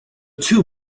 two